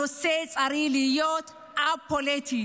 הנושא צריך להיות א-פוליטי.